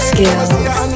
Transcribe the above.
Skills